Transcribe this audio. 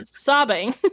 sobbing